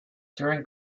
during